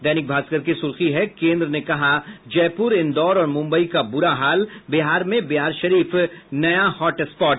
दैनिक भास्कर की सुर्खी है केन्द्र ने कहा जयपुर इंदौर और मुम्बई का बुरा हाल बिहार में बिहारशरीफ नया हॉट स्पॉट